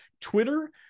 Twitter